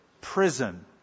prison